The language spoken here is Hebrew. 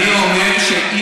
אני אומר שאי-אפשר,